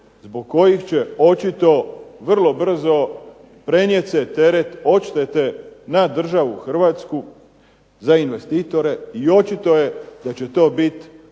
zbog kojih će očito vrlo brzo prenijeti se teret odštete na državu Hrvatsku za investitore, i očito je da će to bit